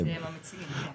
הם המציעים, כן.